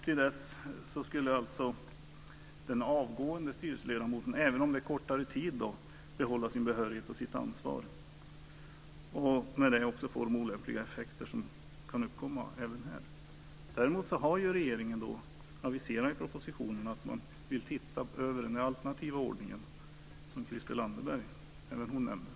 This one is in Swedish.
Till dess skulle alltså den avgående styrelseledamoten, även om det är under en kortare tid, behålla sin behörighet och sitt ansvar. Det skulle därmed kunna uppkomma olämpliga effekter även här. Däremot har regeringen aviserat i propositionen att man vill se över den alternativa ordningen, som även Christel Anderberg nämnde.